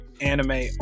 anime